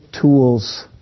tools